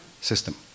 system